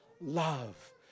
love